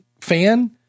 fan